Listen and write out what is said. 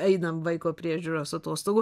einam vaiko priežiūros atostogų